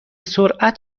سرعت